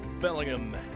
Bellingham